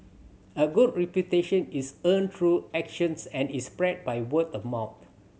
a good reputation is earned through actions and is spread by word of mouth